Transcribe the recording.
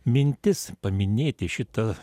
mintis paminėti šita